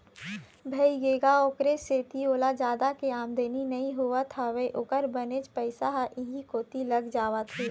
भइगे गा ओखरे सेती ओला जादा के आमदानी नइ होवत हवय ओखर बनेच पइसा ह इहीं कोती लग जावत हे